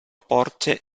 porte